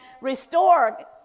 restore